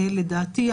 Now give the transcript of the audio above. לדעתי,